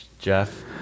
Jeff